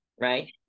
Right